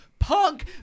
Punk